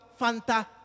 Fanta